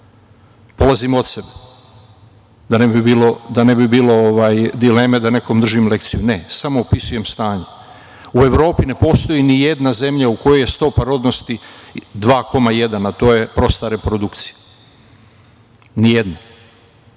dece. Polazimo od sebe, da ne bi bilo dileme da nekom držim lekciju. Ne. Samo opisujem stanje. U Evropi ne postoji ni jedna zemlja u kojoj je stopa rodnosti 2,1%, a to je prosta reprodukcija. Ni jedna.